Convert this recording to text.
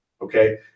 okay